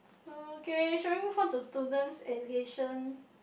okay should I move on to student education